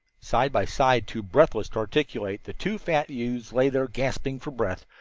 side by side, too breathless to articulate, the two fat youths lay there gasping for breath,